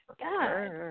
God